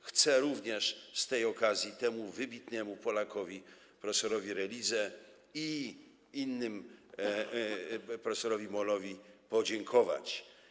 Chcę również z tej okazji temu wybitnemu Polakowi, prof. Relidze, i innym, prof. Mollowi, podziękować.